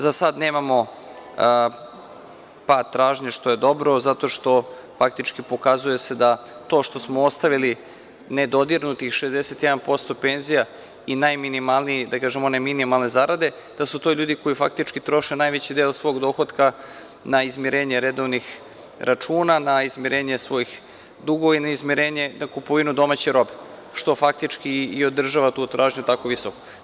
Za sada nemamo pad tražnje, što je dobro, zato što faktički se pokazuje da to što smo ostavili nedodirnutih 61% penzija i najminimalnijih, da kažem one minimalne zarade, da su to ljudi koji faktički troše najveći deo svog dohotka na izmirenje redovnih računa, na izmirenje svojih dugova i na izmirenje na kupovinu domaće robe, što faktički i održava tu tražnju tako visoku.